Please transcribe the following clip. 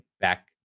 back